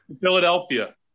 Philadelphia